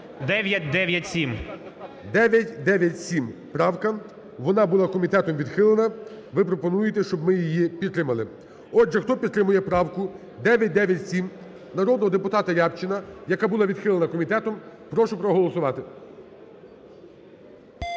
997 правка. Вона була комітетом відхилена. Ви пропонуєте, щоб ми її підтримали. Отже, хто підтримує правку 997 народного депутата Рябчина, яка була відхилена комітетом, прошу проголосувати.